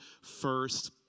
first